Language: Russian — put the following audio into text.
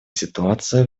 ситуация